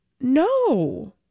No